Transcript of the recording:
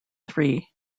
three